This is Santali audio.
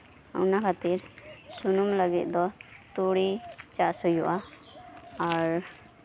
ᱚᱱᱟ ᱠᱷᱟᱹᱛᱤᱨ ᱥᱩᱱᱩᱢ ᱞᱟᱹᱜᱤᱫ ᱫᱚ ᱛᱩᱲᱤ ᱪᱟᱥ ᱦᱳᱭᱳᱜᱼᱟ ᱟᱨ